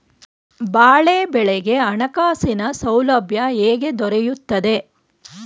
ಬಾಳೆ ಬೆಳೆಗೆ ಹಣಕಾಸಿನ ಸೌಲಭ್ಯ ಹೇಗೆ ದೊರೆಯುತ್ತದೆ?